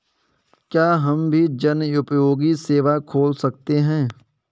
क्या हम भी जनोपयोगी सेवा खोल सकते हैं?